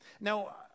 Now